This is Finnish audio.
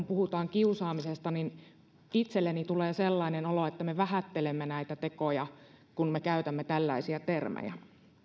puhutaan kiusaamisesta itselleni tulee sellainen olo että me vähättelemme näitä tekoja kun me käytämme tällaisia termejä